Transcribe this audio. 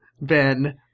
Ben